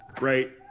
right